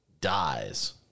dies